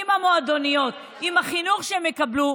במועדוניות, בחינוך שהם יקבלו,